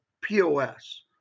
POS